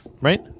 right